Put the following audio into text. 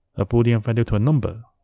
a boolean value to a number.